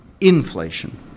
inflation